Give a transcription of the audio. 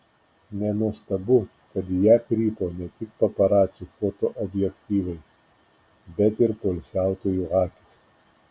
nenuostabu kad į ją krypo ne tik paparacių fotoobjektyvai bet ir poilsiautojų akys